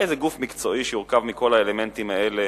איזה גוף חיצוני שיורכב מכל האלמנטים האלה,